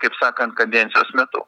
kaip sakant kadencijos metu